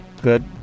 Good